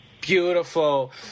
Beautiful